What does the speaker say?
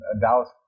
Dallas